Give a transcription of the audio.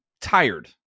tired